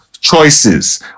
choices